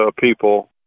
people